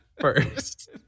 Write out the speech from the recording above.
first